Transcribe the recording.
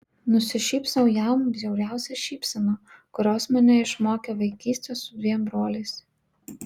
nusišypsau jam bjauriausia šypsena kurios mane išmokė vaikystė su dviem broliais